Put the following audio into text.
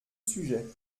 sujet